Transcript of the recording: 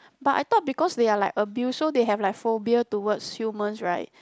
but I thought because they are like abuse so they have like phobia towards human right